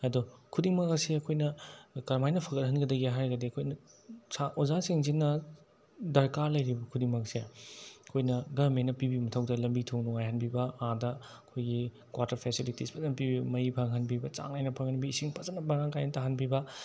ꯑꯗꯣ ꯈꯨꯗꯤꯡꯃꯛ ꯑꯁꯦ ꯑꯩꯈꯣꯏꯅ ꯀꯔꯝꯃꯥꯏꯅ ꯐꯒꯠꯍꯟꯒꯗꯒꯦ ꯍꯥꯏꯔꯒꯗꯤ ꯑꯩꯈꯣꯏꯅ ꯑꯣꯖꯥꯁꯤꯡꯁꯤꯅ ꯗꯔꯀꯥꯔ ꯂꯩꯔꯤꯕ ꯈꯨꯗꯤꯡꯃꯛꯁꯦ ꯑꯩꯈꯣꯏꯅ ꯒꯔꯃꯦꯟꯅ ꯄꯤꯕꯤꯕ ꯃꯊꯧ ꯇꯥꯏ ꯂꯝꯕꯤ ꯊꯣꯡ ꯅꯨꯡꯉꯥꯏꯍꯟꯕꯤꯕ ꯑꯥꯗ ꯑꯩꯈꯣꯏꯒꯤ ꯀ꯭ꯋꯥꯇꯔ ꯐꯦꯁꯤꯂꯤꯇꯤꯁ ꯐꯖꯅ ꯄꯤꯕꯤꯕ ꯃꯩ ꯐꯪꯍꯟꯕꯤꯕ ꯆꯥꯡ ꯅꯥꯏꯅ ꯐꯪꯍꯟꯕꯤ ꯏꯁꯤꯡ ꯐꯖꯅ ꯃꯔꯥꯡ ꯀꯥꯏꯅ ꯇꯥꯍꯟꯕꯤꯕ